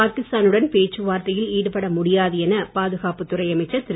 பாகிஸ்தானுடன் பேச்சுவார்த்தையில் ஈடுபட முடியாது என பாதுகாப்புத் துறை அமைச்சர் திரு